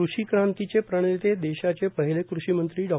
कृषिक्रांतीचे प्रणेते देशाचे पहिले कृषिमंत्री डॉ